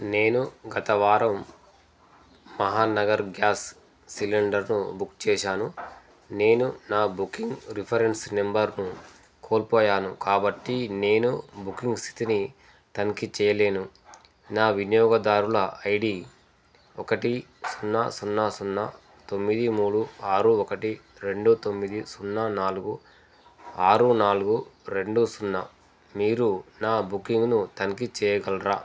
నేను గత వారం మహానగర్ గ్యాస్ సిలిండర్ను బుక్ చేసాను నేను నా బుకింగ్ రిఫరెన్స్ నెంబర్ను కోల్పోయాను కాబట్టి నేను బుకింగ్ స్థితిని తనిఖీ చేయలేను నా వినియోగదారుల ఐడి ఒకటి సున్నా సున్నా సున్నా తొమ్మిది మూడు ఆరు ఒకటి రెండు తొమ్మిది సున్నా నాలుగు ఆరు నాలుగు రెండు సున్నా మీరు నా బుకింగ్ను తనిఖీ చేయగలరా